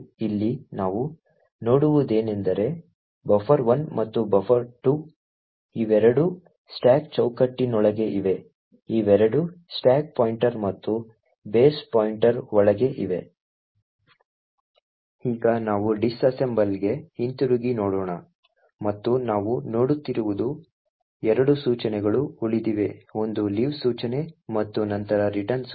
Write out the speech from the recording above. ಇಲ್ಲಿ ನಾವು ನೋಡುವುದೇನೆಂದರೆ buffer1 ಮತ್ತು buffer2 ಇವೆರಡೂ ಸ್ಟಾಕ್ ಚೌಕಟ್ಟಿನೊಳಗೆ ಇವೆ ಇವೆರಡೂ ಸ್ಟಾಕ್ ಪಾಯಿಂಟರ್ ಮತ್ತು ಬೇಸ್ ಪಾಯಿಂಟರ್ ಒಳಗೆ ಇವೆ ಈಗ ನಾವು ಡಿಸ್ಅಸೆಂಬಲ್ಗೆ ಹಿಂತಿರುಗಿ ನೋಡೋಣ ಮತ್ತು ನಾವು ನೋಡುತ್ತಿರುವುದು 2 ಸೂಚನೆಗಳು ಉಳಿದಿವೆ ಒಂದು ಲೀವ್ ಸೂಚನೆ ಮತ್ತು ನಂತರ ರಿಟರ್ನ್ ಸೂಚನೆ